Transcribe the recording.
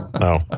No